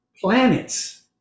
Planets